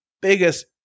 Biggest